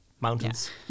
mountains